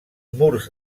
murs